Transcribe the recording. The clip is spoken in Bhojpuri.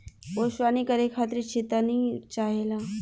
ओसवनी करे खातिर छितनी चाहेला